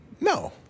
No